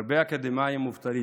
הרבה אקדמאים מובטלים,